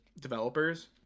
developers